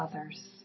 others